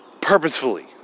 purposefully